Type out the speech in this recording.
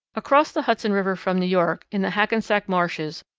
across the hudson river from new york, in the hackensack marshes,